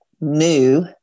new